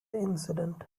incident